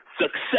Success